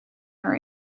her